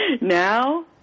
now